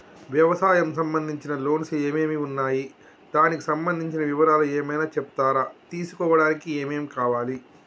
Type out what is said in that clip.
వ్యవసాయం సంబంధించిన లోన్స్ ఏమేమి ఉన్నాయి దానికి సంబంధించిన వివరాలు ఏమైనా చెప్తారా తీసుకోవడానికి ఏమేం కావాలి?